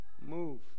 Move